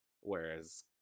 whereas